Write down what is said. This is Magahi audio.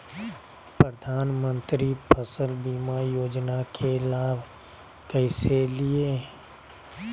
प्रधानमंत्री फसल बीमा योजना के लाभ कैसे लिये?